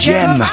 Gem